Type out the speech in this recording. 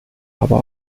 aber